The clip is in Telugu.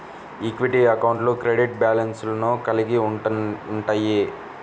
ఈక్విటీ అకౌంట్లు క్రెడిట్ బ్యాలెన్స్లను కలిగి ఉంటయ్యి